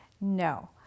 No